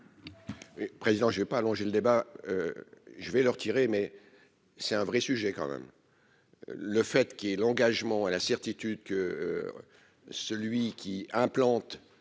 Président je j'ai pas allonger le débat, je vais le retirer mais c'est un vrai sujet quand même le fait qu'il est l'engagement à la certitude que celui qui implante